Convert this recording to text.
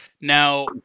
Now